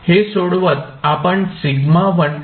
हे सोडवत आपण σ1 आणि σ2 मिळवा